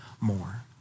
more